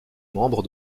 membre